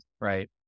Right